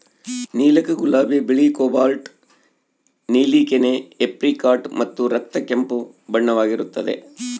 ನೀಲಕ ಗುಲಾಬಿ ಬಿಳಿ ಕೋಬಾಲ್ಟ್ ನೀಲಿ ಕೆನೆ ಏಪ್ರಿಕಾಟ್ ಮತ್ತು ರಕ್ತ ಕೆಂಪು ಬಣ್ಣವಾಗಿರುತ್ತದೆ